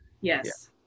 yes